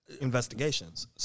investigations